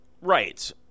right